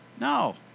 No